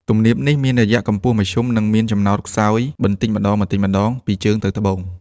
ទំនាបនេះមានរយៈកម្ពស់មធ្យម និងមានចំណោតខ្សោយបន្តិចម្ដងៗពីជើងទៅត្បូង។